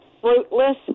fruitless